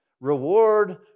reward